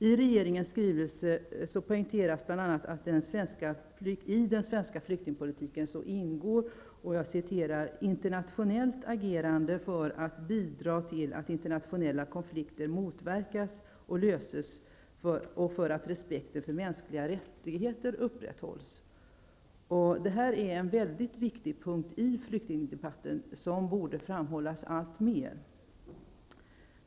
I regeringens skrivelse poängteras bl.a. att det i den svenska flyktingpolitiken ingår ''internationellt agerande för att bidra till att internationella konflikter motverkas och löses och för att respekten för mänskliga rättigheter upprätthålls''. Detta är en mycket viktig punkt i flyktingdebatten som borde framhållas alltmer.